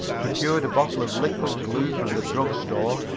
procured a bottle of liquid glue from the drug store,